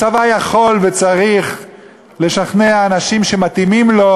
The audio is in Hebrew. הצבא יכול וצריך לשכנע אנשים שמתאימים לו,